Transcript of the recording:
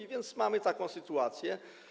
A więc mamy taką sytuację.